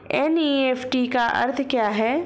NEFT का अर्थ क्या है?